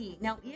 now